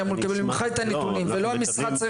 אני מקבל ממך את הנתונים ולא המשרד צריך